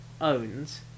owns